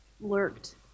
lurked